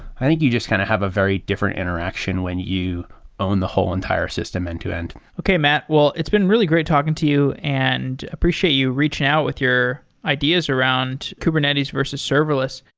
i think you just kind of have a very different interaction when you own the whole entire system end-to-end okay, matt. well, it's been really great talking to you, and appreciate you reaching out with your ideas around kubernetes versus serverless.